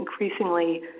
increasingly